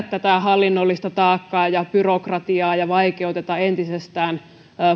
tätä hallinnollista taakkaa ja ja byrokratiaa ja vaikeuteta entisestään